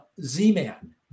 Z-Man